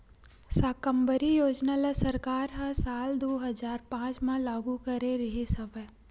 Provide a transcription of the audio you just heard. साकम्बरी योजना ल सरकार ह साल दू हजार पाँच म लागू करे रिहिस हवय